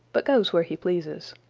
but goes where he pleases.